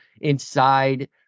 inside